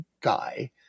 guy